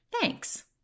Thanks